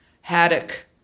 haddock